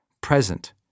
present